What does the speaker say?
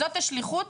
זאת השליחות,